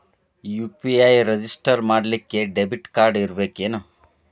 UPI register ಮಾಡ್ಲಿಕ್ಕೆ debit card ಇರ್ಬೇಕೇನು?